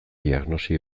diagnosi